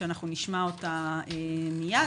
שנשמע אותה מיד,